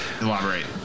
Elaborate